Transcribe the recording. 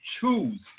choose